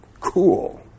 Cool